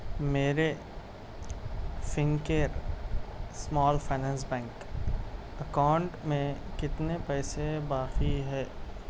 میرے Fincare small finance bank account میں کتنے پیسے باقی ہے